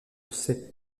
sait